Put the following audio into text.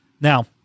Now